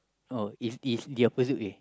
oh it's it's the opposite